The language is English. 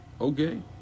Okay